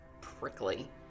prickly